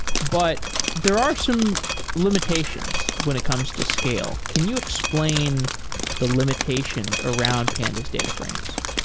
but there are some limitations when it comes to scale. can you explain the limitations around pandas data frames?